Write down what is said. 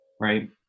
right